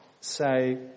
say